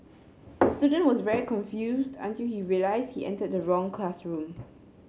the student was very confused until he realised he entered the wrong classroom